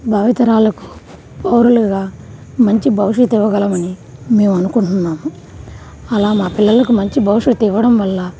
భావితరాలకు పౌరులుగా మంచి భవిష్యత్తు ఇవ్వగలమని మేము అనుకుంటున్నాము అలా మా పిల్లలకు మంచి భవిష్యత్తు ఇవ్వడం వల్ల